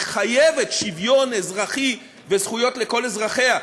היא חייבת שוויון אזרחי וזכויות לכל אזרחיה,